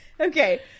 Okay